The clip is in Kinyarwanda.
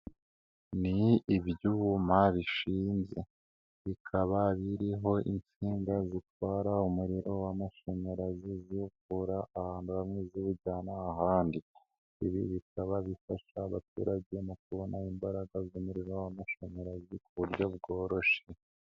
Ni ibyuma bishinze bikaba biriho insinga zitwara umuriro w'amashanyarazi ziwukura ahantu bamwe ziwujyana ahandi, ibi bikaba bifasha abaturage mu kubona imbaraga z'umurirorimo w'amashanyarazi ku buryo bworoshye.